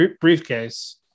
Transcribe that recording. briefcase